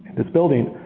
this building.